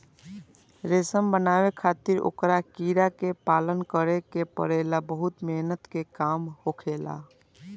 रेशम बनावे खातिर ओकरा कीड़ा के पालन करे के पड़ेला बहुत मेहनत के काम होखेला